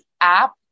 app